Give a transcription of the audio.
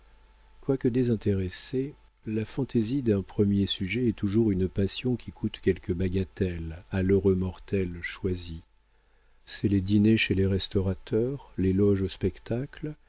quoique désintéressée la fantaisie d'un premier sujet est toujours une passion qui coûte quelques bagatelles à l'heureux mortel choisi ce sont les dîners chez les restaurateurs les loges au spectacle